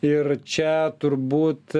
ir čia turbūt